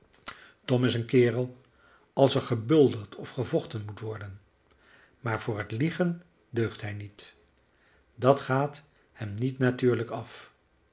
tom is een kerel als er gebulderd of gevochten moet worden maar voor het liegen deugt hij niet dat gaat hem niet natuurlijk af